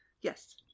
Yes